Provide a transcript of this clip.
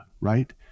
right